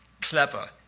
clever